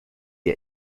ihr